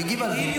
הוא הגיב על זה,